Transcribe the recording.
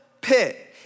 pit